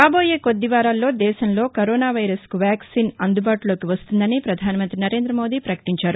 రాబోయే కొద్ది వారాల్లో దేశంలో కరోనా వైరస్కు వ్యాక్సిన్ అందుబాటులోకి వస్తుందని ప్రధానమంత్రి నరేంద్రమోదీ పకటించారు